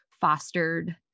fostered